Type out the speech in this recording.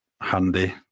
handy